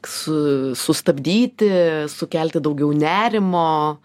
su sustabdyti sukelti daugiau nerimo